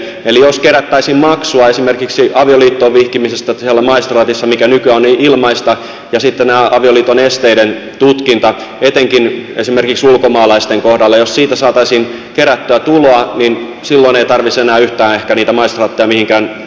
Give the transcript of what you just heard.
jos kerättäisiin maksua esimerkiksi avioliittoon vihkimisestä siellä maistraatissa mikä nykyään on ilmaista ja sitten jos tästä avioliiton esteiden tutkinnasta etenkin esimerkiksi ulkomaalaisten kohdalla saataisiin kerättyä tuloa niin silloin ehkä ei tarvitsisi enää yhtään niitä maistraatteja mitenkään lakkauttaa tai yhdistellä